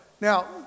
Now